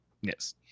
Yes